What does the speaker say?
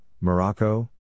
Morocco